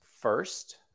first